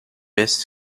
best